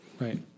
right